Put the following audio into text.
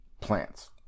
plants